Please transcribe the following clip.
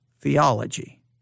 theology